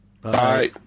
Bye